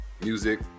music